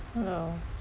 hello